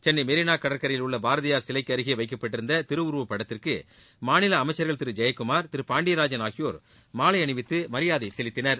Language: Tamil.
சென்னை மெரினா கடற்கரையில் உள்ள பாரதியார் சிவைக்கு அருகே அவைக்கப்பட்டிருந்த திருவுருப்படத்திற்கு மாநில அமைச்சர்கள் திரு ஜெயக்குமார் திரு பாண்டியராஜன் ஆகியோர் மாலை அணிவித்து மரியாதை செலுத்தினர்